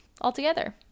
altogether